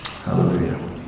Hallelujah